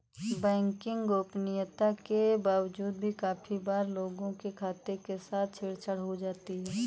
banking गोपनीयता के बावजूद भी काफी बार लोगों के खातों के साथ छेड़ छाड़ हो जाती है